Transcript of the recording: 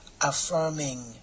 affirming